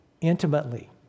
intimately